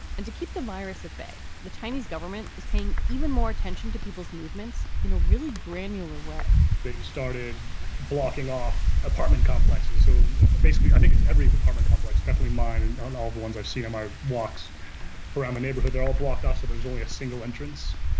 and to keep the virus at bay. the chinese government is paying even more attention to people's movements in a really granular way they've started blocking off apartment complexes. so basically, i think it's every apartment complex, definitely mine. and and all the ones i've seen them are walks around the neighborhood. they're all blocked off. so there's only a single entrance.